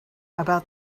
about